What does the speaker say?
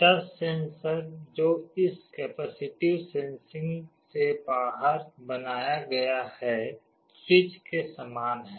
touch sensor जो इस capacitive sensing से बाहर बनाया गया है स्विच के समान है